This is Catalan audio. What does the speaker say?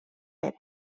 pere